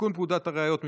לתיקון פקודת הראיות (מס'